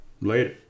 Later